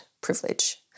privilege